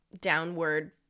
downward